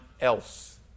else